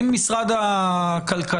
אם משרד הכלכלה,